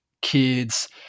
kids